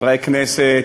חברי הכנסת,